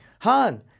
Han